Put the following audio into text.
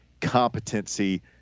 competency